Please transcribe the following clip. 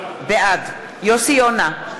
בעד יוסי יונה,